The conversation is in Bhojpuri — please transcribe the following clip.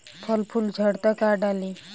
फल फूल झड़ता का डाली?